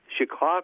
Chicago